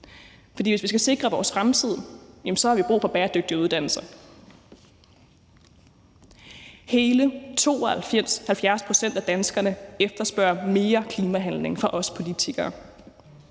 hvis vi skal sikre vores fremtid, har vi brug for bæredygtige uddannelser. Hele 72 pct. af danskerne efterspørger mere klimahandling fra os politikere.